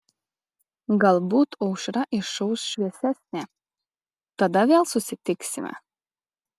galbūt aušra išauš šviesesnė tada vėl susitiksime